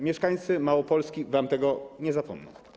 Mieszkańcy Małopolski wam tego nie zapomną.